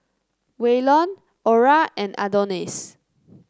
Waylon Orah and Adonis